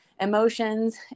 emotions